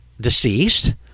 deceased